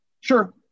Sure